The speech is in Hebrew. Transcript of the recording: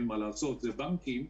שהוא הבנקים,